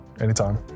anytime